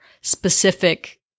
specific